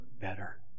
better